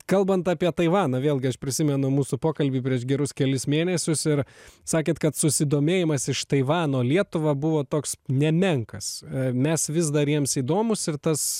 kalbant apie taivaną vėlgi aš prisimenu mūsų pokalbį prieš gerus kelis mėnesius ir sakėt kad susidomėjimas iš taivano lietuva buvo toks nemenkas mes vis dar jiems įdomūs ir tas